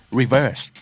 reverse